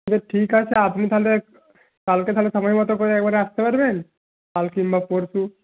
আচ্ছা ঠিক আছে আপনি তাহলে কালকে তাহলে সময় মতো করে একবারে আসতে পারবেন কাল কিংবা পরশু